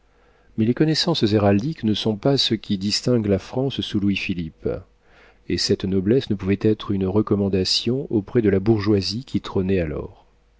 mais les connaissances héraldiques ne sont pas ce qui distingue la france sous louis-philippe et cette noblesse ne pouvait être une recommandation auprès de la bourgeoisie qui trônait alors